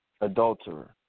adulterer